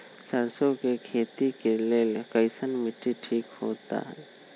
सरसों के खेती के लेल कईसन मिट्टी ठीक हो ताई?